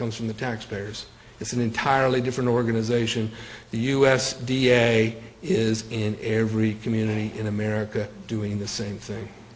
comes from the taxpayers it's an entirely different organization the us d n a is in every community in america doing the same thing